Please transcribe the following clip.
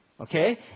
okay